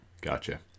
Gotcha